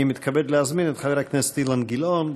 אני מתכבד להזמין את חבר הכנסת אילן גילאון.